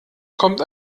kommt